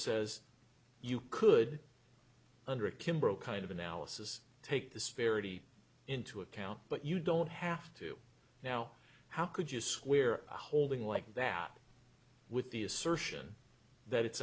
says you could under a kimbrel kind of analysis take the spirity into account but you don't have to now how could you square holding like that with the assertion that it's